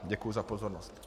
Děkuji za pozornost.